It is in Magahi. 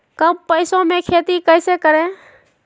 कम पैसों में खेती कैसे करें?